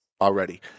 already